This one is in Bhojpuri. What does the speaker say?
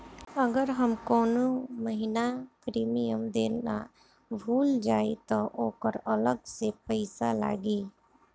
अगर हम कौने महीने प्रीमियम देना भूल जाई त ओकर अलग से पईसा लागी?